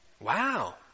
Wow